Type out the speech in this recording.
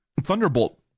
Thunderbolt